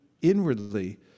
inwardly